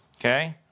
Okay